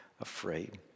afraid